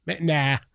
Nah